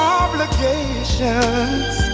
obligations